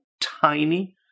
tiny